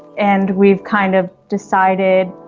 and we've kind of decided